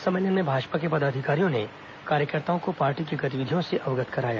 सम्मेलन में भाजपा के पदाधिकारियों ने कार्यकर्ताओं को पार्टी की गतिविधियों से अवगत कराया